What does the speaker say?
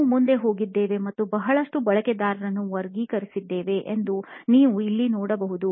ನಾವು ಮುಂದೆ ಹೋಗಿದ್ದೇವೆ ಮತ್ತು ಬಹಳಷ್ಟು ಬಳಕೆದಾರರನ್ನು ವರ್ಗೀಕರಿಸಿದ್ದೇವೆ ಎಂದು ನೀವು ಇಲ್ಲಿ ನೋಡಬಹುದು